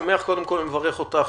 קודם כל אני מברך אותך,